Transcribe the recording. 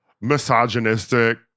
misogynistic